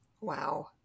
Wow